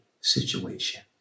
situation